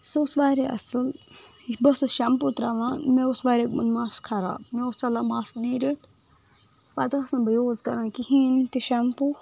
سُہ اوس واریاہ اصٕل بہٕ ٲسس شٮ۪مپو تراوان مےٚ اوس واریاہ گوٚمُت مس خراب مےٚ اوس ژلان مس نیٖرِتھ پتہٕ ٲسِس نہٕ بہٕ یوز کران کہینۍ تہِ شٮ۪مپو